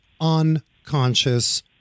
unconscious